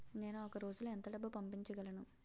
నేను ఒక రోజులో ఎంత డబ్బు పంపించగలను?